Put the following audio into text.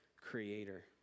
creator